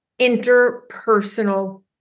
interpersonal